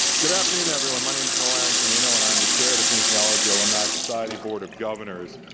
good afternoon everyone, my name's noel aaron cimmino and i'm the chair of the kinesiology alumni society board of governors.